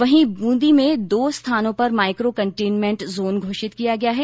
वहीं ब्रंदी में दो स्थानों को माइको कंटेनमेंट जोन घोषित किया गया है